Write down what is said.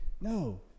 no